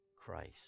Christ